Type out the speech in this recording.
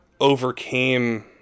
overcame